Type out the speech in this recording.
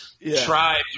tribes